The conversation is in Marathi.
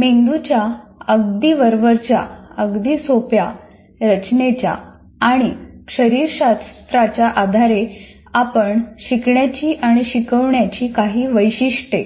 मेंदूच्या अगदी वरवरच्या अगदी सोप्या रचनेच्या आणि शरीर शास्त्राच्या आधारे आपण शिकण्याची आणि शिकवण्याची काही वैशिष्ट्ये